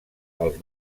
els